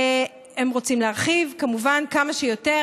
הם רוצים להרחיב כמובן כמה שיותר,